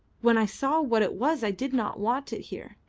when i saw what it was i did not want it here.